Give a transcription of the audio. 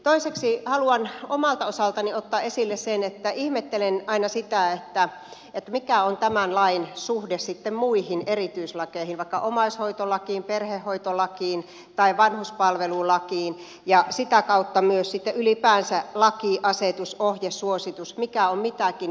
toiseksi haluan omalta osaltani ottaa esille sen että ihmettelen aina sitä mikä on tämän lain suhde sitten muihin erityislakeihin vaikka omaishoitolakiin perhehoitolakiin tai vanhuspalvelulakiin ja sitä kautta myös ylipäänsä laki asetus ohje suositus mikä on mitäkin